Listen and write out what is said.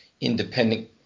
independent